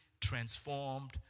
transformed